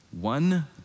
one